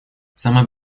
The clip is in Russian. самой